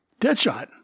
Deadshot